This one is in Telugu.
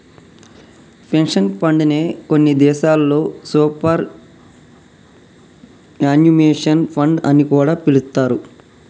పెన్షన్ ఫండ్ నే కొన్ని దేశాల్లో సూపర్ యాన్యుయేషన్ ఫండ్ అని కూడా పిలుత్తారు